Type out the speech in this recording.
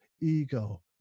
ego